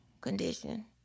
condition